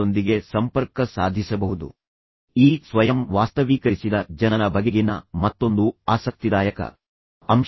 ಅವನು ಅದನ್ನು ಪರಸ್ಪರ ಸಂಬಂಧಿಸಲು ಪ್ರಯತ್ನಿಸುತ್ತಿದ್ದಾನೆಯೇ ಅದನ್ನು ಕಂಡುಹಿಡಿಯಲು ಪ್ರಯತ್ನಿಸಿ